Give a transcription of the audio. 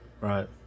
right